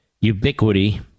ubiquity